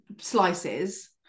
slices